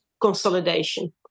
consolidation